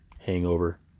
hangover